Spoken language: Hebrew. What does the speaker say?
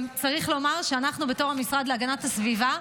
גם צריך לומר שאנחנו, בתור המשרד להגנת הסביבה,